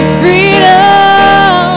freedom